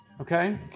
okay